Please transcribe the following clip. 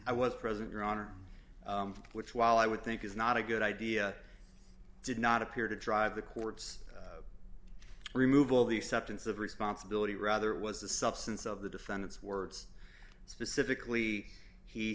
i was present your honor which while i would think is not a good idea did not appear to drive the court's removal the acceptance of responsibility rather it was the substance of the defendant's words specifically he